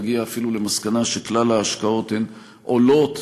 נגיע אפילו למסקנה שכלל ההשקעות עולות